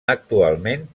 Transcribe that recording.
actualment